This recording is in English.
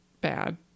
bad